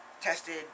tested